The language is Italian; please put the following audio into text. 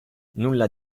nulla